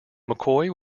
mccoy